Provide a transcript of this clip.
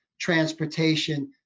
transportation